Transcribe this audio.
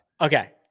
Okay